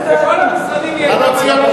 בכל המשרדים היא לא עשתה כלום,